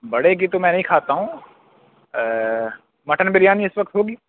بڑے کی تو میں نہیں کھاتا ہوں مٹن بریانی اس وقت ہوگی